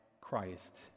Christ